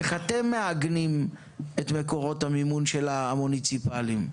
איך אתם כמשרד שיכון מעגנים את מקורות המימון המוניציפליים שלה?